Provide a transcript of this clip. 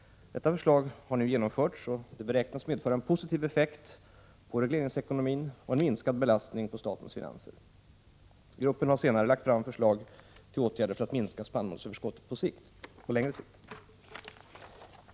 Detta förslag har nu genomförts, vilket beräknas medföra en positiv effekt på regleringsekonomin och en minskad belastning på statens finanser. Gruppen har senare lagt fram förslag till åtgärder för att minska spannmålsöverskottet på längre sikt.